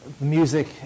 music